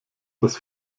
das